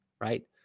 right